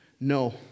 No